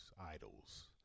idols